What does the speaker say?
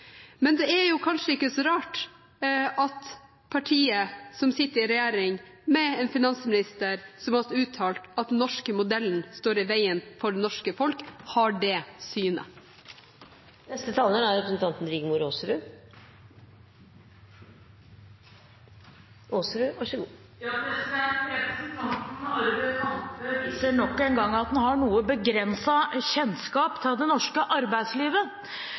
Men det er kanskje ikke så rart at partiet som sitter i regjering med en finansminister som har uttalt at den norske modellen står veien for det norske folk, har det synet. Representanten Arve Kambe viser nok en gang at han har et noe begrenset kjennskap til det norske arbeidslivet. Hvis man ikke forstår at det er en ubalanse mellom arbeidstakere og arbeidsgivere, har man skjønt lite av det norske arbeidslivet.